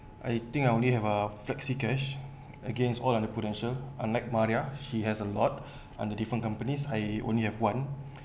I think I only have uh flexi cash against all under Prudential unlike maria she has a lot under different companies I only have one